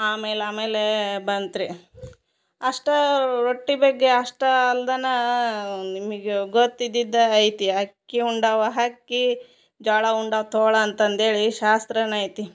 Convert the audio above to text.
ಆಮೇಲೆ ಆಮೇಲೆ ಬಂತ್ರಿ ಅಷ್ಟಾ ರೊಟ್ಟಿ ಬಗ್ಗೆ ಅಷ್ಟಾ ಅಲ್ದನಾ ನಿಮಗ ಗೊತ್ತಿದ್ದಿದ ಐತಿ ಅಕ್ಕಿ ಉಂಡಾವ ಹಕ್ಕಿ ಜ್ವಾಳ ಉಂಡವ ತೋಳ ಅಂತಂದೇಳಿ ಶಾಸ್ತ್ರನೆ ಐತಿ